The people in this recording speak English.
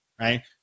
right